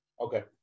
Okay